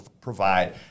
provide